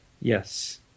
Yes